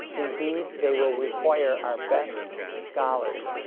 indeed, they will require our best scholars,